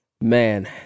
man